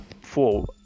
four